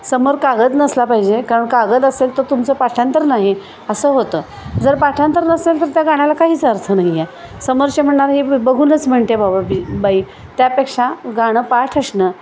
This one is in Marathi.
समोर कागद नसला पाहिजे कारण कागद असेल तर तुमचं पाठांतर नाही असं होतं जर पाठांतर नसेल तर त्या गाण्याला काहीच अर्थ नाही आहे समोरचे म्हणणार हे बघूनच म्हणते बाबा बी बाई त्यापेक्षा गाणं पाठ असणं